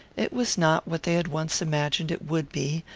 it was not what they had once imagined it would be,